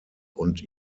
und